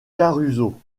caruso